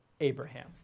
Abraham